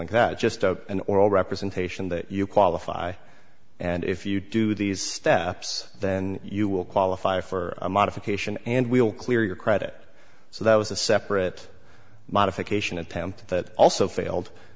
like that just a an oral representation that you qualify and if you do these steps then you will qualify for a modification and we'll clear your credit so that was a separate modification attempt that also failed